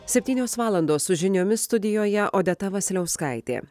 septynios valandos su žiniomis studijoje odeta vasiliauskaitė